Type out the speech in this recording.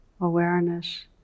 awareness